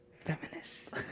feminist